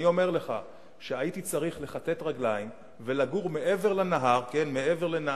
אני אומר לך שהייתי צריך לכתת רגליים ולגור מעבר לנהר ההדסון,